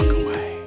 away